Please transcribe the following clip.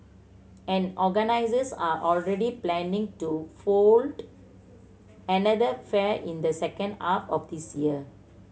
and organisers are already planning to fold another fair in the second half of this year